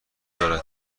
دارد